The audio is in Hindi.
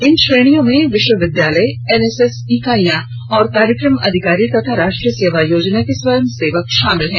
इन श्रेणियों में विश्वविद्यालय एनएसएस इकाइयां और कार्यक्रम अधिकारी तथा राष्ट्रीय सेवा योजना के स्वयं सेवक शामिल हैं